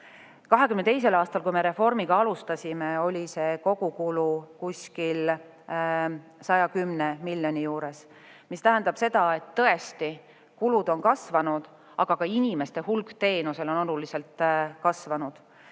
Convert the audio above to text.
2022. aastal, kui me reformi alustasime, oli see kogukulu kuskil 110 miljoni juures. See tähendab seda, et tõesti kulud on kasvanud, aga ka teenust saavate inimeste hulk on oluliselt kasvanud,